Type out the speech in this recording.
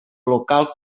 local